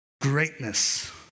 greatness